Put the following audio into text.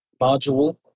module